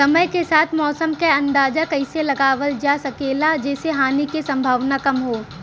समय के साथ मौसम क अंदाजा कइसे लगावल जा सकेला जेसे हानि के सम्भावना कम हो?